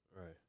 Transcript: Right